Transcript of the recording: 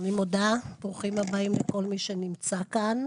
ברוכים הבאים, כל מי שנמצא כאן.